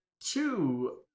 two